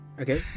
Okay